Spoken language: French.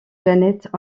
planètes